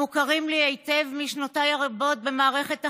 המוכרים לי היטב משנותיי הרבות במערכת החינוך,